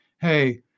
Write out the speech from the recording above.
hey